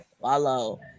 follow